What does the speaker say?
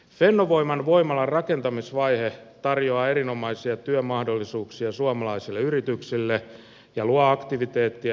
fennovoiman voimalan rakentamisvaihe tarjoaa erinomaisia työmahdollisuuksia suomalaisille yrityksille ja luo aktiviteettia itse paikkakunnalle